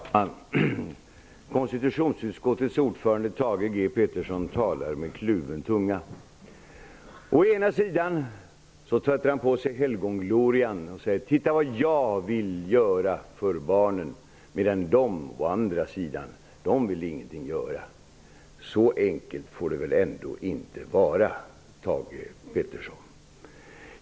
Fru talman! Konstitutionsutskottets ordförande Thage G Peterson talar med kluven tunga. Han sätter på sig helgonglorian och säger: Titta vad jagvill göra för barnen, men de på andra sidan vill ingenting göra! Så enkelt får det väl ändå inte vara, Thage G Peterson?